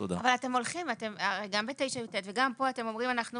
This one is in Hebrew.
אבל גם ב-9יט וגם פה אתם אומרים שאנחנו